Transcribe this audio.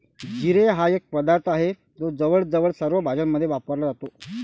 जिरे हा एक पदार्थ आहे जो जवळजवळ सर्व भाज्यांमध्ये वापरला जातो